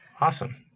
Awesome